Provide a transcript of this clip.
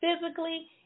physically